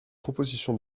proposition